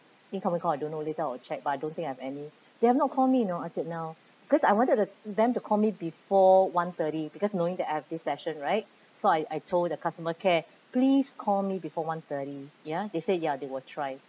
incoming call I don't know later I'll check but I don't think I have any they have not call me you know until now because I wanted them to call me before one thirty because knowing that I have this session right so I I told the customer care please call me before one thirty ya they say ya they will try